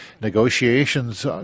Negotiations